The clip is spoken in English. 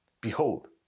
Behold